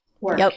work